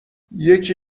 یکی